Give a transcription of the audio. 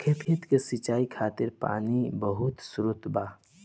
खेत के सिंचाई खातिर पानी के बहुत स्त्रोत बा